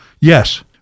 yes